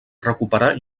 recuperar